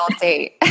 date